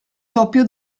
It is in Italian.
doppio